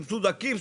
סבסוד עקיף,